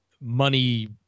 money